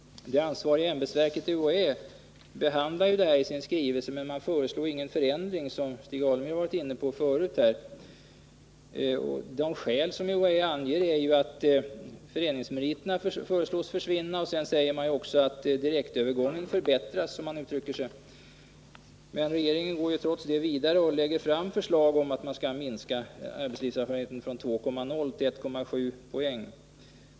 Det ansvariga ämbetsverket UHÄ behandlar denna fråga i sin skrivelse men föreslår ingen förändring. Stig Alemyr var inne på det i sitt anförande. Som skäl anger UHÄ dels att föreningsmeriterna föreslås försvinna, dels att direktövergången förbättras. Men regeringen går trots detta vidare och lägger fram förslag om att minska poängen för arbetslivserfarenhet från 2,0 till 1,7.